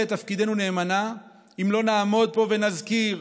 את תפקידנו נאמנה אם לא נעמוד פה ונזכיר,